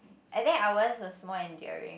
and then ours was more enduring